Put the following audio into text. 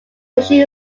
fishing